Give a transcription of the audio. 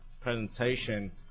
presentation